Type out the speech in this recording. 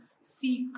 seek